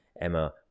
Emma